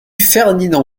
ferdinand